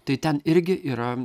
tai ten irgi yra